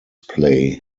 play